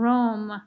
Rome